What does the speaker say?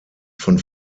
von